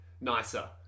nicer